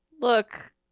look